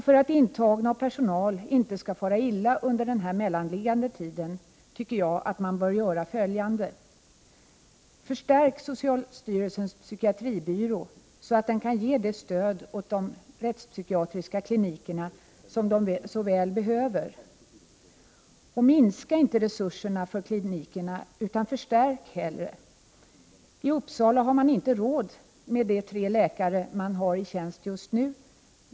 För att de intagna och personalen inte skall fara illa under den mellanliggande tiden tycker jag att man bör vidta följande åtgärder. Socialstyrelsens psykiatribyrå bör förstärkas, så att den kan ge det stöd åt de rättpsykiatriska klinikerna som de så väl behöver. Klinikernas resurser skall inte minskas, utan hellre förstärkas. I Uppsala har man inte råd med de tre läkare som man har i tjänst just nu.